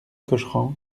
cochran